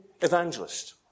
evangelist